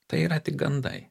tai yra tik gandai